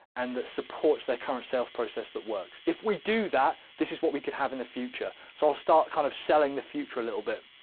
and that supports their current sales process that works if we do that. this is what we could have in the future. so i'll start kind of selling the future a little bit.